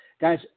Guys